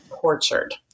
tortured